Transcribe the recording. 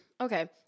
Okay